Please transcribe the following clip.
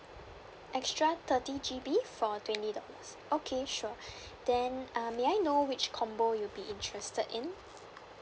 extra thirty G_B for twenty dollars okay sure then uh may I know which combo you'll be interested in